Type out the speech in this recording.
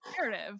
narrative